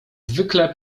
zwykle